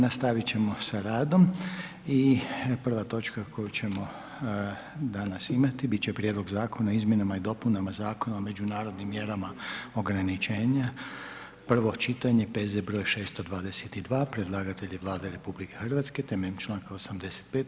Nastavit ćemo sa radom i 1. točka koju ćemo danas imati bit će: - Prijedlog zakona o izmjenama i dopunama Zakona o međunarodnim mjerama ograničenja, prvo čitanje, P.Z. br. 622 Predlagatelj je Vlada Republike Hrvatske, temeljem članka 85.